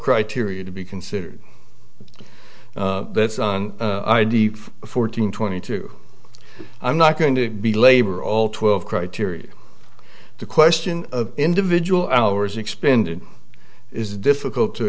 criteria to be considered that's on id fourteen twenty two i'm not going to be labor all twelve criteria the question of individual hours expended is difficult to